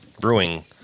Brewing